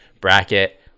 bracket